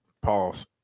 Pause